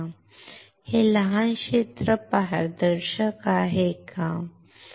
हे लहान क्षेत्र पारदर्शक आहे बरोबर